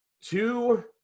Two